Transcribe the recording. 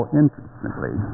intimately